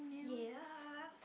ya